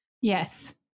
Yes